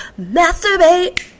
masturbate